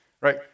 right